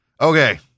Okay